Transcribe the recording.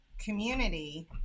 community